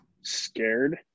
scared